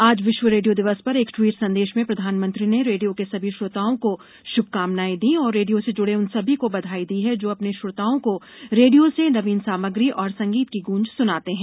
आज विश्व रेडियो दिवस पर एक ट्वीट संदेश में प्रधानमंत्री ने रेडियो के सभी श्रोताओं को शुभकामनायें दीं और रेडियो से जूडे उन सभी को बधाई दी है जो अपने श्रोताओं को रेडियो से नवीन सामग्री और संगीत की ग्रंज स्नाते हैं